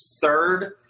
third